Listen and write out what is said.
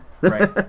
Right